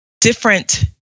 different